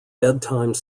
bedtime